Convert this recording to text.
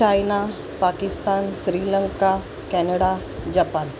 China Pakistan Sri Lanka Canada Japan